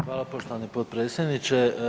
Hvala poštovani potpredsjedniče.